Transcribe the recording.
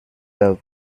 love